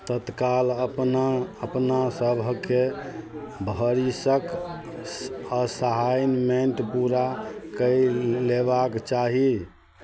तत्काल अपना अपना सभकेँ भरिसक असाइनमेन्ट पूरा कै लेबाक चाही